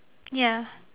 ya